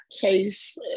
case